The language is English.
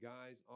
Guys